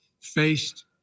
faced